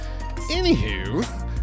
Anywho